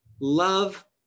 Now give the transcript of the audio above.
love